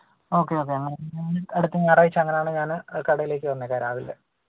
okay okay അങ്ങനെയാണെങ്കിൽ ഞാൻ അടുത്ത ഞായറാഴ്ച അങ്ങനെയാണെങ്കിൽ ഞാൻ കടയിലേക്ക് വന്നേക്കാം രാവിലെ